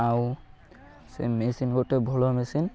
ଆଉ ସେ ମେସିନ୍ ଗୋଟେ ଭଲ ମେସିନ୍